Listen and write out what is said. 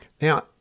Now